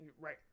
Right